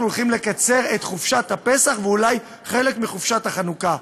אנחנו הולכים לקצר את חופשת הפסח ואולי חלק מחופשת החנוכה.